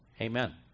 Amen